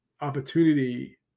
opportunity